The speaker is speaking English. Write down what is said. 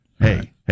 Hey